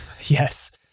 yes